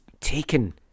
taken